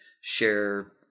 share